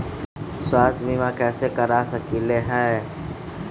स्वाथ्य बीमा कैसे करा सकीले है?